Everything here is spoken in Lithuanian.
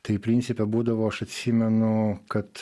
tai principe būdavo aš atsimenu kad